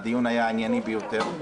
הדיון היה ענייני ביותר,